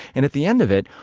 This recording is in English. and at the end of it,